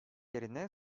yerine